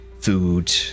food